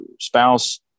spouse